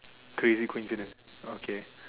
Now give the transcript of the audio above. crazy coincidence okay